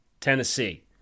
Tennessee